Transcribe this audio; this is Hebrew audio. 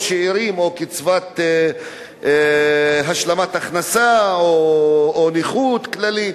שאירים או קצבת השלמת הכנסה או נכות כללית.